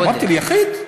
אמרתי: ליחיד.